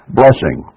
blessing